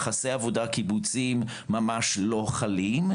יחסי עבודה קיבוציים ממש לא חלים,